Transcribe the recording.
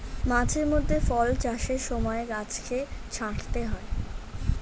মাঝে মধ্যে ফল চাষের সময় গাছকে ছাঁটতে হয়